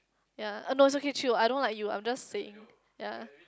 ya uh no it's okay chill I don't like you I'm just saying ya